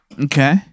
Okay